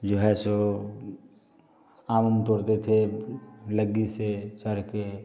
जो है सो आम ओम तोड़ते थे लग्गी से चढ़ के